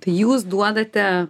tai jūs duodate